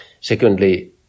Secondly